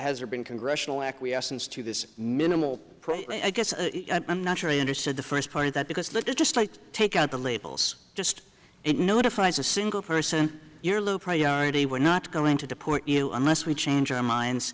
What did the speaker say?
has there been congressional acquiescence to this minimal i guess i'm not sure i understood the first part of that because that is just like take out the labels just it notifies a single person you're low priority we're not going to deport you unless we change our minds